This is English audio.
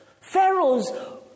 Pharaoh's